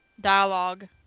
dialogue